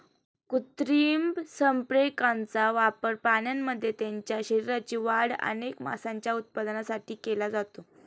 कृत्रिम संप्रेरकांचा वापर प्राण्यांमध्ये त्यांच्या शरीराची वाढ अधिक मांसाच्या उत्पादनासाठी केला जातो